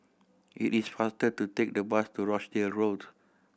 it is faster to take the bus to Rochdale Road